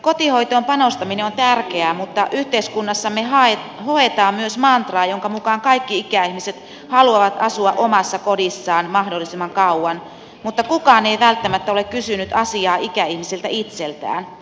kotihoitoon panostaminen on tärkeää mutta yhteiskunnassamme hoetaan myös mantraa jonka mukaan kaikki ikäihmiset haluavat asua omassa kodissaan mahdollisimman kauan mutta kukaan ei välttämättä ole kysynyt asiaa ikäihmisiltä itseltään